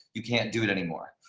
you can't do it anymore.